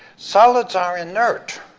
solids are inert.